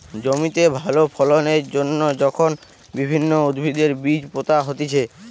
জমিতে ভালো ফলন এর জন্যে যখন বিভিন্ন উদ্ভিদের বীজ পোতা হতিছে